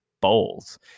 bowls